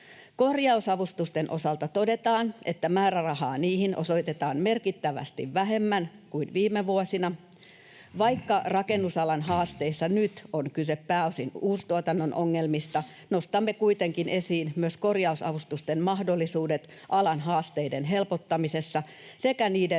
Korjausavustusten osalta todetaan, että määrärahaa niihin osoitetaan merkittävästi vähemmän kuin viime vuosina. Vaikka rakennusalan haasteissa nyt on kyse pääosin uustuotannon ongelmista, nostamme kuitenkin esiin myös korjausavustusten mahdollisuudet alan haasteiden helpottamisessa sekä niiden